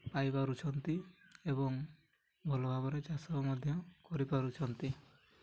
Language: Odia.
ପାଇପାରୁଛନ୍ତି ଏବଂ ଭଲ ଭାବରେ ଚାଷ ମଧ୍ୟ କରିପାରୁଛନ୍ତି